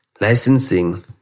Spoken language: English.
Licensing